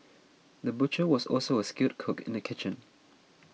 the butcher was also a skilled cook in the kitchen